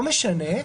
לא משנה,